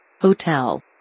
Hotel